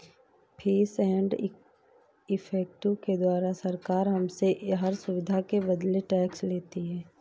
fees and effective के द्वारा सरकार हमसे हर सुविधा के बदले टैक्स लेती है